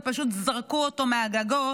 הם פשוט זרקו אותו מהגגות,